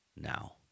now